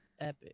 Epic